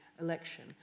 election